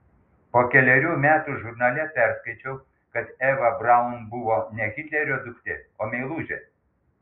po kelerių metų žurnale perskaičiau kad eva braun buvo ne hitlerio duktė o meilužė